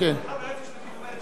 מאחר שהיועצת המשפטית מודיעה שבעצם